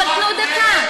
אבל תנו דקה.